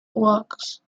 works